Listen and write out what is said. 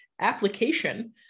application